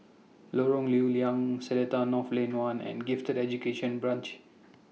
Lorong Lew Lian Seletar North Lane one and Gifted Education Branch